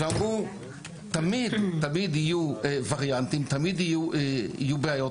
שאמרו שתמיד יהיו וריאנטים ובכל זאת